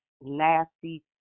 nasty